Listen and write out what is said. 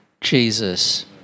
Jesus